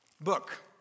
book